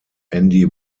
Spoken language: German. andy